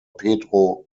pedro